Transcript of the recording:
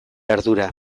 ardura